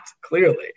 Clearly